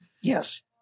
Yes